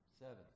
Seven